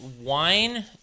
wine